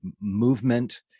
movement